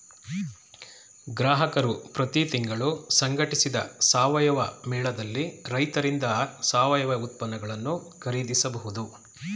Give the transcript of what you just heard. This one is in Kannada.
ಗ್ರಾಹಕರು ಪ್ರತಿ ತಿಂಗಳು ಸಂಘಟಿಸಿದ ಸಾವಯವ ಮೇಳದಲ್ಲಿ ರೈತರಿಂದ ಸಾವಯವ ಉತ್ಪನ್ನಗಳನ್ನು ಖರೀದಿಸಬಹುದು